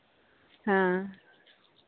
ᱦᱮᱸ